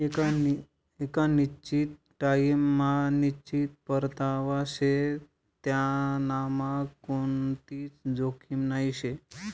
एक निश्चित टाइम मा निश्चित परतावा शे त्यांनामा कोणतीच जोखीम नही शे